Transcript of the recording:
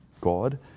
God